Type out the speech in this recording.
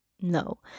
No